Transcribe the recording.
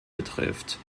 betrifft